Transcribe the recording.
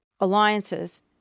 alliances